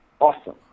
awesome